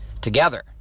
together